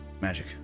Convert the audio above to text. magic